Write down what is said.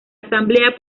asamblea